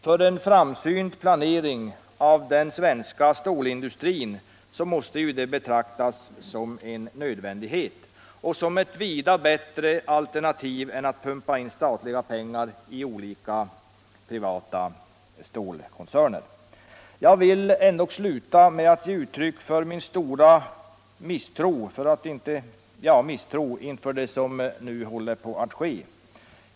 För en framsynt planering för den svenska stålindustrin måste det betraktas som en nödvändighet och som ett vida bättre alternativ än att pumpa in statliga pengar i olika privata stålkoncerner. Jag vill sluta med att ge uttryck för min stora misstro inför det som nu håller på att ske.